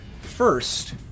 first